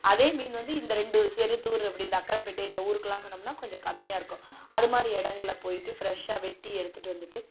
அதே மீன் வந்து இந்த ரெண்டு செருதூர் அப்படி இந்த அக்காரபேட்டைன்ற ஊருக்குலாம் போனோம்னால் கொஞ்சம் கம்மியாக இருக்கும் அதுமாதிரி இடங்கள்ல போய்ட்டு ஃப்ரெஷ்ஷாக வெட்டி எடுத்துட்டு வந்துட்டு